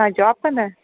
तव्हां जॉब कंदा आहियो